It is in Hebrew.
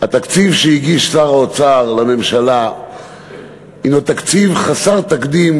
התקציב שהגיש שר האוצר לממשלה הנו תקציב חסר תקדים.